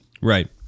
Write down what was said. Right